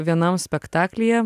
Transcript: vienam spektaklyje